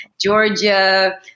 Georgia